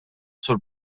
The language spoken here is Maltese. sur